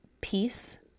peace